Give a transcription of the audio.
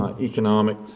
economic